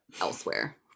Elsewhere